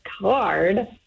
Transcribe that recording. card